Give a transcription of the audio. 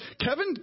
Kevin